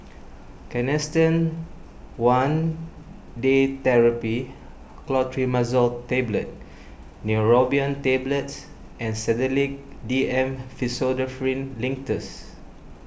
Canesten one Day therapy Clotrimazole Tablet Neurobion Tablets and Sedilix D M Pseudoephrine Linctus